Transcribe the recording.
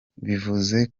bivuze